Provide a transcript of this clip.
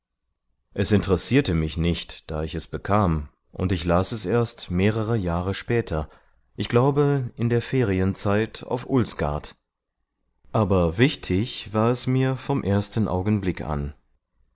es interessierte mich nicht da ich es bekam und ich las es erst mehrere jahre später ich glaube in der ferienzeit auf ulsgaard aber wichtig war es mir vom ersten augenblick an